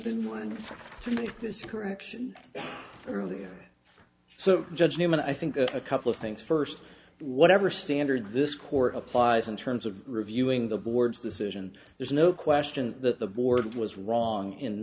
than one for this correction early so judge newman i think a couple of things first whatever standard this court applies in terms of reviewing the board's decision there's no question that the board was wrong in